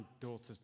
daughter's